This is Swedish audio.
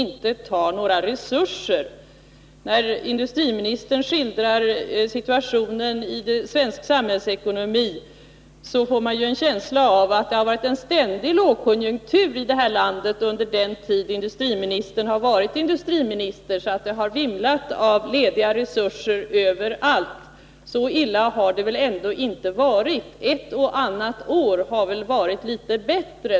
När industriministern skildrar situationen inom svensk samhällsekonomi, får man en känsla av att det har varit en ständig lågkonjunktur i det här landet under den tid som industriministern har varit industriminister, alldeles som om det skulle ha vimlat av lediga resurser överallt. Så illa har det väl ändå inte varit. Ett och annat år har väl varit litet bättre.